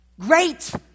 Great